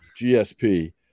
gsp